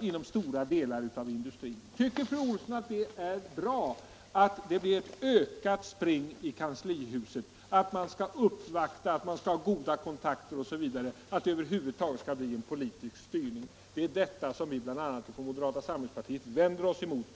inom stora delar av industrin? Tycker fru Olsson att det är bra att det blir ett ökat spring i kanslihuset, att man skall uppvakta, ha goda kontakter osv., att det över huvud taget skall bli en politisk styrning? Det är bl.a. detta som vi från moderata samlingspartiet vänder oss mot.